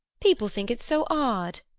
people think it's so odd,